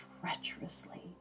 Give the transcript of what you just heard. treacherously